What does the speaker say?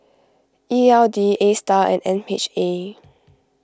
E L D Astar and M H A